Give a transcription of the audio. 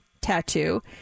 tattoo